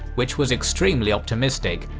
which was extremely optimistic,